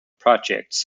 projects